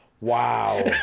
Wow